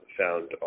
found